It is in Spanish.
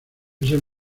ese